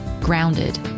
grounded